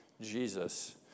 Jesus